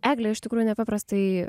egle iš tikrųjų nepaprastai